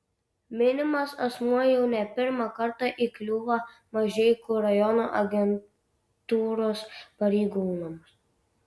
minimas asmuo jau ne pirmą kartą įkliūva mažeikių rajono agentūros pareigūnams